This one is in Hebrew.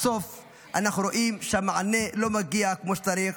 בסוף אנחנו רואים שהמענה לא מגיע כמו שצריך.